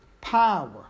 power